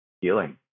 healing